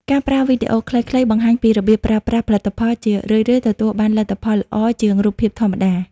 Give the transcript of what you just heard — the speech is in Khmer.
ការប្រើវីដេអូខ្លីៗបង្ហាញពីរបៀបប្រើប្រាស់ផលិតផល ជារឿយៗទទួលបានលទ្ធផលល្អជាងរូបភាពធម្មតា។